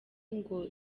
ngo